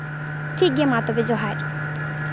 ᱴᱷᱤᱠ ᱜᱮᱭᱟ ᱢᱟ ᱛᱚᱵᱮ ᱡᱚᱦᱟᱨ